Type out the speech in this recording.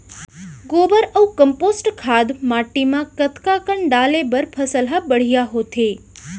गोबर अऊ कम्पोस्ट खाद माटी म कतका कन डाले बर फसल ह बढ़िया होथे?